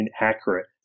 inaccurate